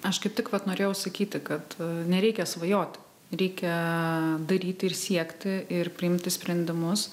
aš kaip tik vat norėjau sakyti kad nereikia svajoti reikia daryti ir siekti ir priimti sprendimus